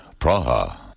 Praha